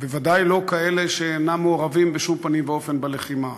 בוודאי לא כאלה שאינם מעורבים בשום פנים ואופן בלחימה.